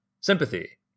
sympathy